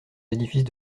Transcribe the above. édifices